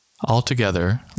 Altogether